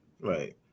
Right